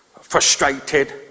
frustrated